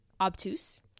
obtuse